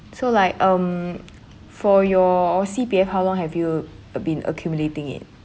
so like um for your C_P_F how long have you been accumulating it